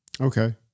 Okay